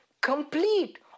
complete